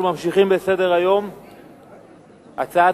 אנחנו ממשיכים בסדר-היום ועוברים להצעת